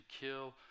kill